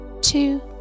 two